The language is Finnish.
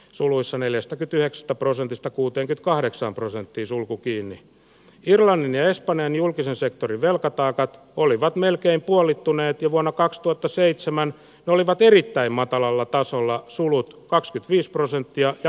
suluissa neljästä kipinästä prosentista kuuteen kahdeksaan prosenttiin sulku pieni irlannin espanjan julkisen sektorin velkataakat olivat melkein puolittuneet jo vuonna kaksituhattaseitsemän olivat erittäin matalalla tasolla sulut kakskytviis prosenttia ja